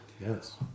Yes